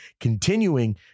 continuing